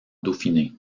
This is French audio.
dauphiné